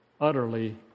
utterly